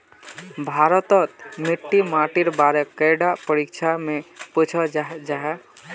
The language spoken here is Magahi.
भारत तोत मिट्टी माटिर बारे कैडा परीक्षा में पुछोहो जाहा जाहा?